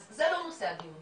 אז זה לא נושא הדיון.